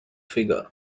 figure